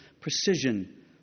Precision